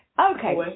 Okay